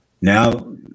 Now